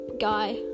Guy